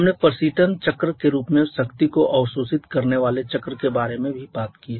हमने प्रशीतन चक्र के रूप में शक्ति को अवशोषित करने वाले चक्र के बारे में भी बात की है